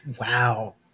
Wow